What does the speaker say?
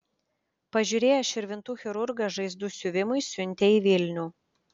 pažiūrėjęs širvintų chirurgas žaizdų siuvimui siuntė į vilnių